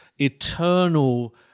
eternal